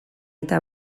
eta